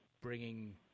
bringing